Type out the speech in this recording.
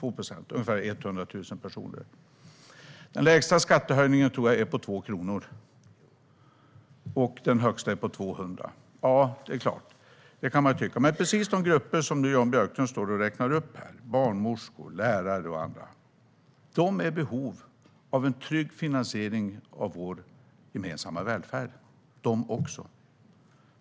Det är ungefär 100 000 personer. Den lägsta skattehöjningen är, tror jag, på 2 kronor. Den högsta är på 200 kronor. De grupper som Jan Björklund räknar upp här, barnmorskor, lärare och så vidare, är också i behov av en trygg finansiering av vår gemensamma välfärd,